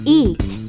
eat